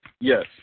Yes